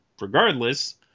regardless